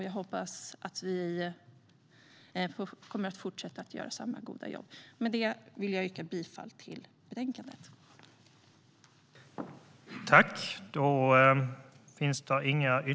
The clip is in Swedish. Jag hoppas att vi kommer att fortsätta att göra samma goda jobb. Med det vill jag yrka bifall till utskottets förslag i betänkandet.